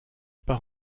part